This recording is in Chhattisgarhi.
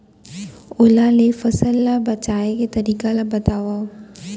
ओला ले फसल ला बचाए के तरीका ला बतावव?